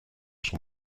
son